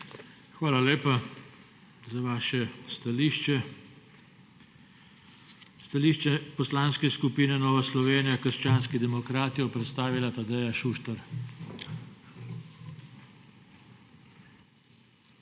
Hvala lepa za vaše stališče. Stališče Poslanske skupine Nova Slovenija – krščanski demokrati bo predstavila Tadeja Šuštar.